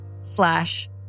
slash